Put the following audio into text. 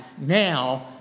now